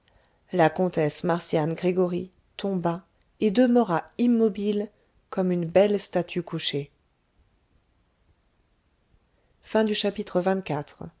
la comtesse marcian gregoryi tomba et demeura immobile comme une belle statue couchée